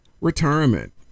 retirement